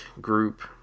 group